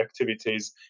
activities